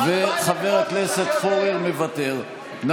חבר הכנסת עמאר, מוותר, חבר הכנסת פורר, מוותר.